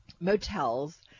motels